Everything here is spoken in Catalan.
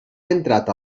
entrat